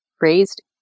raised